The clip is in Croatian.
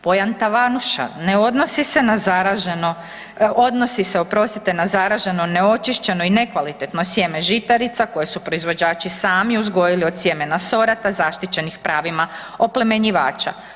Pojam „tavanuša“ ne odnosi se na zaraženo, odnosi se, oprostite, na zaraženo, neočišćeno i nekvalitetno sjeme žitarica koje su proizvođači sami uzgojili od sjemena sorata zaštićenih pravima oplemenjivača.